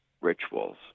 Rituals